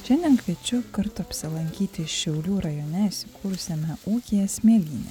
šiandien kviečiu kartu apsilankyti šiaulių rajone įsikūrusiame ūkyje smėlynė